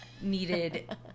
needed